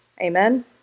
Amen